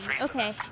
Okay